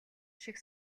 шиг